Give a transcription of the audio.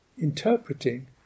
interpreting